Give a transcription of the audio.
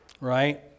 right